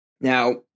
Now